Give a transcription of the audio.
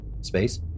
space